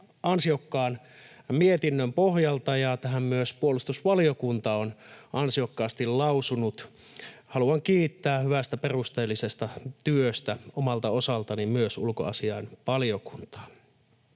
ansiokkaan mietinnön pohjalta, ja tähän myös puolustusvaliokunta on ansiokkaasti lausunut. Haluan kiittää hyvästä, perusteellisesta työstä omalta osaltani myös ulkoasiainvaliokuntaa.